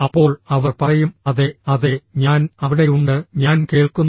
അപ്പോൾ അവർ പറയും അതെ അതെ ഞാൻ അവിടെയുണ്ട് ഞാൻ കേൾക്കുന്നു